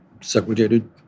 segregated